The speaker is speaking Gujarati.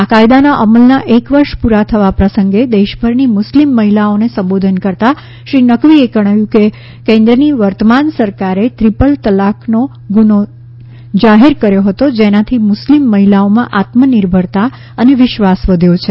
આ કાયદાના અમલના એક વર્ષ પ્રરા થવા પ્રસંગે દેશભરની મુસ્લિમ મહિલાઓને સંબોધન કરતાં શ્રી નકવીએ જણાવ્યું હતું કે કેન્દ્રની વર્તમાન સરકારે ત્રિપલ તલાકને ગુનો જાહેર કર્યો હતો જેનાથી મુસ્લિમ મહિલાઓમાં આત્મનિર્ભરતા અને વિશ્વાસ વધ્યો છે